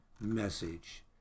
message